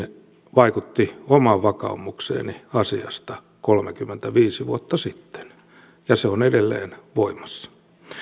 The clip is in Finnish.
vaikutti omaan vakaumukseeni asiasta kolmekymmentäviisi vuotta sitten ja se on edelleen voimassa